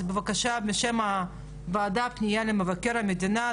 אז בבקשה בשם הוועדה פנייה למבקר המדינה,